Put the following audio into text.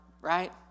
right